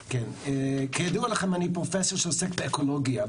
כידוע לכם, אני פרופסור שעוסק באקולוגיה.